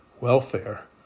welfare